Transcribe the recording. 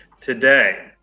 today